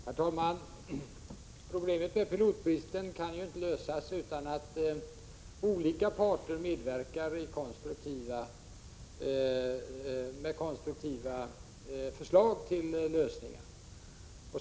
Herr talman! Problemet med pilotbristen kan ju inte lösas utan att olika parter medverkar med konstruktiva förslag till lösningar.